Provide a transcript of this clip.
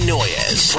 Noyes